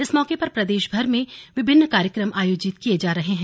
इस मौके पर प्रदेशभर में विभिन्न कार्यक्रम आयोजित किये जा रहे हैं